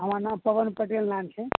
हमर नाम पवन पटेल नाम छी